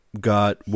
got